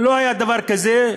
לא היה דבר כזה,